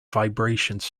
vibrations